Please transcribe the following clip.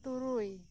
ᱛᱩᱨᱩᱭ